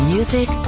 Music